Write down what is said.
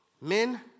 men